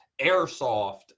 airsoft